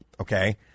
Okay